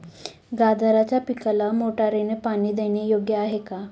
गाजराच्या पिकाला मोटारने पाणी देणे योग्य आहे का?